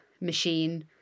machine